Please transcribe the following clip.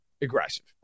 aggressive